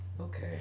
Okay